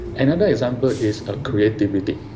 and and example is ah creativity.